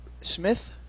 Smith